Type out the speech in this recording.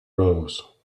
rose